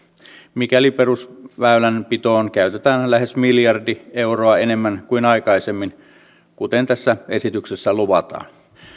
mikäli perusväylänpitoon käytetään lähes miljardi euroa enemmän kuin aikaisemmin kuten tässä esityksessä luvataan